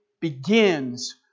Begins